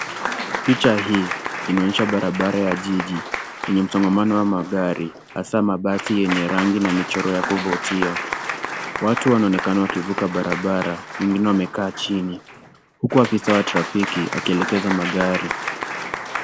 Picha hii inaonyesha barabara ya jiji, yenye msongamano wa magari hasa mabasi yenye rangi na michoro ya kuvutia. Watu wanaonekana wakivuka barabara, wengine wamekaa chini. Huku afisa wa trafiki akielekeza magari.